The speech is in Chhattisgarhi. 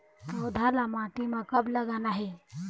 पौधा ला माटी म कब लगाना हे?